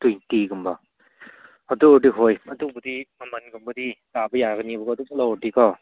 ꯇ꯭ꯋꯦꯟꯇꯤꯒꯨꯝꯕ ꯑꯗꯨꯑꯣꯏꯔꯗꯤ ꯍꯣꯏ ꯑꯗꯨꯕꯨꯗꯤ ꯃꯃꯜꯒꯨꯝꯕꯗꯤ ꯇꯥꯕ ꯌꯥꯒꯅꯤꯕꯀꯣ ꯑꯗꯨꯃꯨꯛ ꯂꯧꯔꯗꯤꯀꯣ